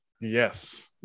Yes